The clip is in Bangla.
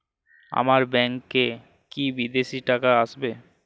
আমার ব্যংকে কি বিদেশি টাকা আসবে?